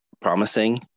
promising